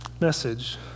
message